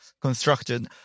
constructed